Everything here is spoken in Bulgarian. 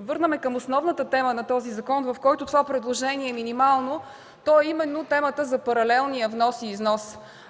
върнем към основната тема на този закон, в който това предложение е минимално, то е именно темата за паралелния внос и износ,